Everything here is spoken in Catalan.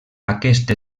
aquest